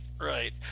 right